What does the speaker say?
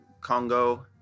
Congo